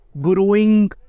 growing